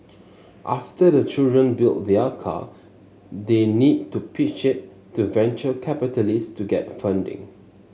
after the children build their car they need to pitch it to venture capitalist to get funding